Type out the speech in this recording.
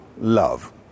love